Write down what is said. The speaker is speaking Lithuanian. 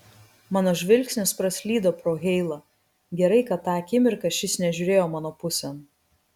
mano žvilgsnis praslydo pro heilą gerai kad tą akimirką šis nežiūrėjo mano pusėn